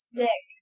sick